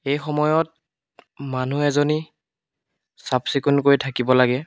এই সময়ত মানুহ এজনী চাফ চিকুণকৈ থাকিব লাগে